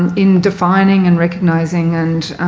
in defining and recognising and